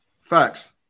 Facts